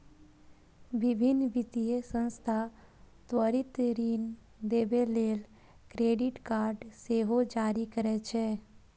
विभिन्न वित्तीय संस्थान त्वरित ऋण देबय लेल क्रेडिट कार्ड सेहो जारी करै छै